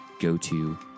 go-to